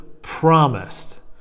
promised